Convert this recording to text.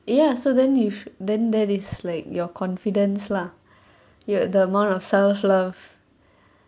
ya so then if then that is like your confidence lah you the amount of self love